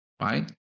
Right